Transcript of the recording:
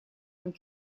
and